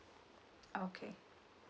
okay